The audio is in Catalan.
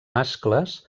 mascles